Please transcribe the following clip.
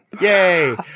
Yay